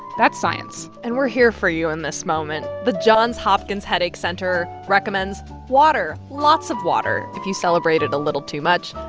that's science and we're here for you in this moment. the johns hopkins headache center recommends water lots of water if you celebrated a little too much,